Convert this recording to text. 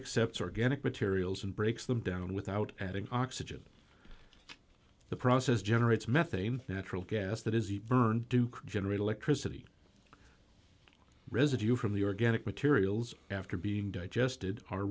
accepts organic materials and breaks them down without adding oxygen the process generates methane natural gas that is it burned do can generate electricity residue from the organic materials after being digested